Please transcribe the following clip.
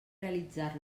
realitzar